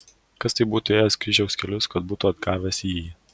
tas tai būtų ėjęs kryžiaus kelius kad būtų atgavęs jįjį